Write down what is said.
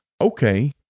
okay